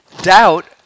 doubt